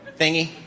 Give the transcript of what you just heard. thingy